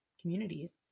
communities